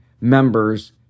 members